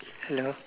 hello